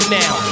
now